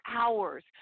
hours